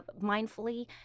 mindfully